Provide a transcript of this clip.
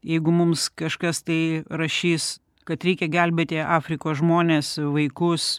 jeigu mums kažkas tai rašys kad reikia gelbėti afrikos žmones vaikus